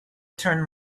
turn